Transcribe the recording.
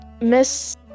Miss